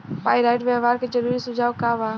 Pyrite व्यवहार के जरूरी सुझाव का वा?